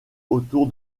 autour